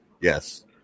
Yes